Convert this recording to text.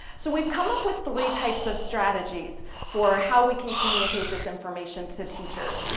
so we've come up with three types of strategies for how we can communicate this information to teachers.